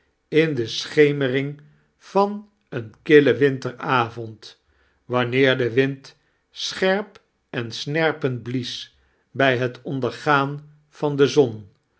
ia de schemering van een killen wiateravond waaneer de wind soherp en saerpead mies bij het oadergaan van de zoa